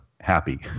happy